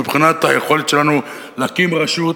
מבחינת היכולת שלנו להקים רשות,